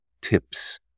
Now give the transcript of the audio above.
tips